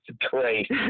great